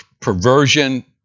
perversion